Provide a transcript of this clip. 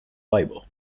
bible